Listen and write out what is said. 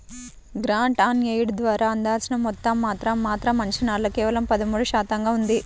grant on aid ద్వారా అందాల్సిన మొత్తం మాత్రం మాత్రం అంచనాల్లో కేవలం పదమూడు శాతంగా ఉంది